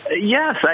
Yes